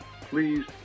please